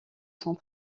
son